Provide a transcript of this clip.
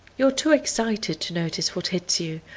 you're too excited to notice what hits you,